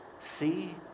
See